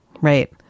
right